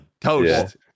Toast